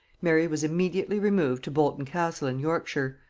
mary was immediately removed to bolton-castle in yorkshire,